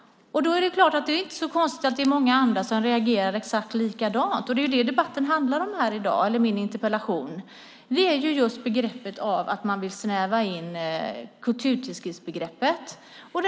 Då är det klart att det inte är så konstigt att det är många andra som reagerar exakt likadant. Det är det som min interpellation handlar om, nämligen att man vill snäva in kulturtidskriftsbegreppet.